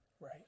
right